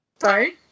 sorry